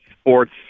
sports